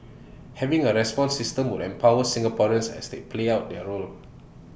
having A response system would empower Singaporeans as they play out their role